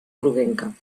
groguenca